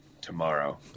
tomorrow